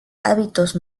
hábitos